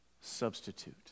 substitute